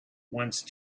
once